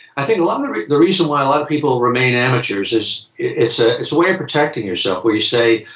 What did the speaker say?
i think a lot of the. the reason why a lot of people remain amateurs is it's ah it's a way of protecting yourself where you say,